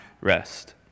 rest